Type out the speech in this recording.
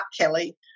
Kelly